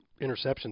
interceptions